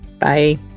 Bye